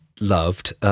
loved